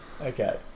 okay